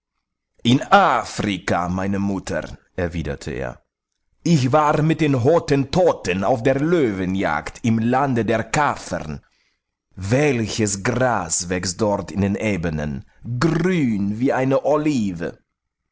in afrika meine mutter erwiderte er ich war mit den hottentotten auf der löwenjagd im lande der kaffern welches gras wächst dort in den ebenen grün wie eine olive